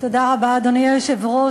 אדוני היושב-ראש,